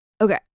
Okay